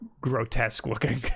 grotesque-looking